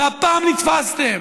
והפעם נתפסתם.